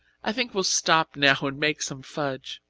i think we'll stop now and make some fudge.